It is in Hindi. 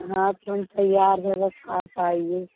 हाँ तो हम तैयार हैं बस आप आईए